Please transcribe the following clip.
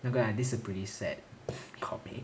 那个 and this a pretty sad comic